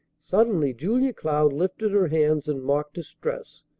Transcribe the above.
suddenly julia cloud lifted her hands in mock distress.